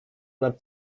nad